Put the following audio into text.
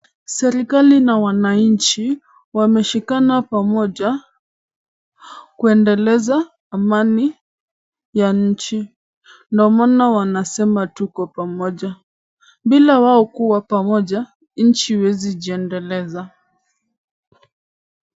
Serikali na wananchi wameshikana pamoja kuendeleza amani ya nchi, ndio maana wanasema tuko pamoja, bila wao kuwa pamoja nchi haiwezi jiendeleza.